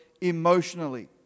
emotionally